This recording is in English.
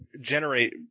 generate